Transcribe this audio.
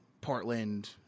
Portland